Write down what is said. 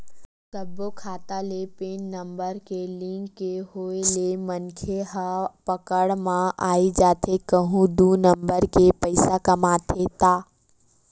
सब्बो खाता ले पेन नंबर के लिंक के होय ले मनखे ह पकड़ म आई जाथे कहूं दू नंबर के पइसा कमाथे ता